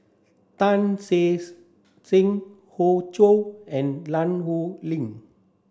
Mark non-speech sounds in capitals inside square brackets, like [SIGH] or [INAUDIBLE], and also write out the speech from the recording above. Tan Che [UNINTELLIGIBLE] Sang Hoey Choo and [UNINTELLIGIBLE]